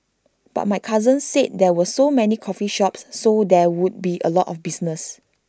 but my cousin said there were so many coffee shops so there would be A lot of business